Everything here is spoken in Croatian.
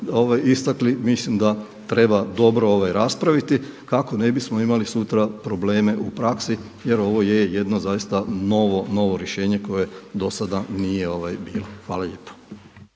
istakli mislim da treba dobro raspraviti kako ne bismo imali sutra probleme u praksi jer ovo je jedno zaista novo rješenje koje do sada nije bilo. Hvala lijepo.